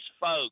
folks